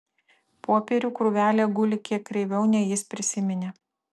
popierių krūvelė guli kiek kreiviau nei jis prisiminė